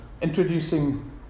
introducing